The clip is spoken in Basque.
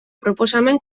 proposamen